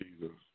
Jesus